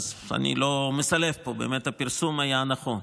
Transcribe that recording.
אז אני לא מסלף פה, באמת הפרסום היה נכון.